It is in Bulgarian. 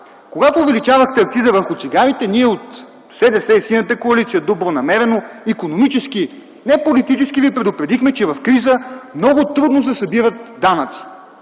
Когато увеличавахте акциза върху цигарите, ние от СДС и Синята коалиция добронамерено, икономически, не политически, ви предупредихме, че в криза много трудно се събират данъци.